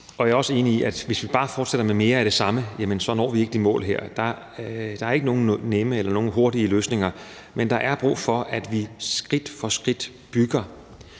Jeg er også enig i, at hvis vi bare fortsætter med mere af det samme, så når vi ikke de mål her. Der er ikke nogen nemme eller nogen hurtige løsninger, men der er brug for, at vi skridt for skridt bygger